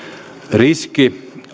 riski